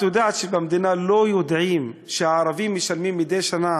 את יודעת שבמדינה לא יודעים שהערבים משלמים מדי שנה